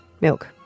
milk